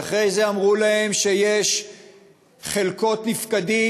ואחרי זה אמרו להם שיש חלקות נפקדים